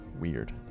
weird